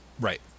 Right